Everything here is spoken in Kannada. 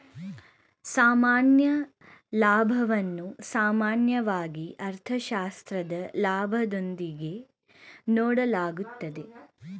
ಸಾಮಾನ್ಯ ಲಾಭವನ್ನು ಸಾಮಾನ್ಯವಾಗಿ ಅರ್ಥಶಾಸ್ತ್ರದ ಲಾಭದೊಂದಿಗೆ ನೋಡಲಾಗುತ್ತದೆ